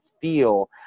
feel